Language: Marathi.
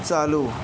चालू